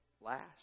last